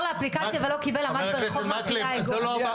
לאפליקציה ולא קיבל ממש ברח' מעפילי האגוז.